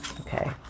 okay